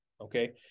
okay